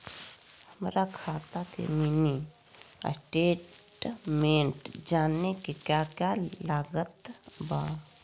हमरा खाता के मिनी स्टेटमेंट जानने के क्या क्या लागत बा?